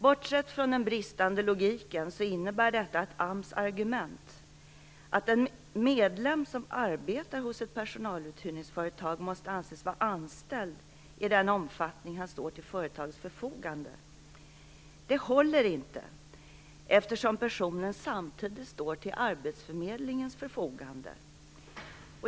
Bortsett från den bristande logiken innebär detta att AMS argument, att en medlem som arbetar hos ett personaluthyrningsföretag måste anses vara anställd i den omfattning han står till företagets förfogande, inte håller eftersom personen samtidigt står till arbetsförmedlingens förfogande.